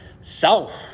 self